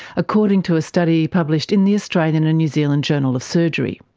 according to a study published in the australian and new zealand journal of surgery.